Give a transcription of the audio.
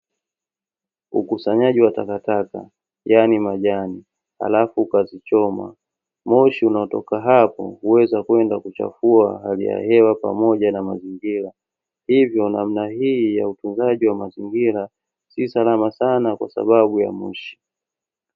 Ukusanyaji wa takataka yaani majani halafu ukazichoma, moshi unaotoka hapo huweza kwenda kuchafua hali ya hewa pamoja na mazingira. Hivyo namna hii ya utunzaji wa mazingira si salama sana kwa sababu ya moshi.